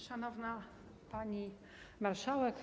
Szanowna Pani Marszałek!